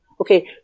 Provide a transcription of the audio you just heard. Okay